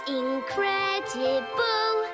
incredible